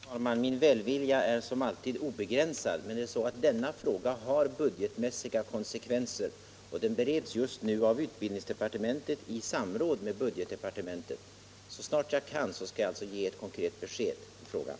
Herr talman! Min välvilja är som alltid obegränsad, men denna fråga har budgetmässiga konsekvenser. Den bereds just nu av utbildningsdepartementet i samråd med budgetdepartementet. Så snart jag kan skall jag alltså ge ett konkret besked i frågan.